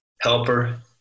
helper